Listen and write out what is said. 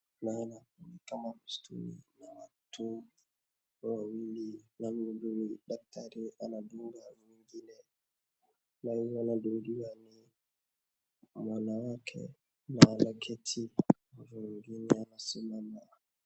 Naona ni kama msituni na watu wawili, na mhudumu daktari anadunga mwingine. Na wanaodungiwani ni wanawake na anketi, huyo mwingine anasimama.